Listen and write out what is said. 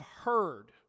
heard